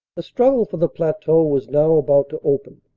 the struggle for the plateau was now about to open.